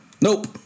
Nope